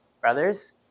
brothers